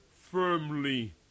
firmly